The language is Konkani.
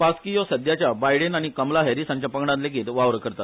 पास्की ह्यो सध्याच्या बाईडेन आनी कमला हेरीस हांच्या पंगडान लेगीत वावर करतात